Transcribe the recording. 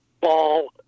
ball